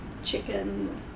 Chicken